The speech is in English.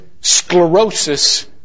sclerosis